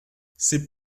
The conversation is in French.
ces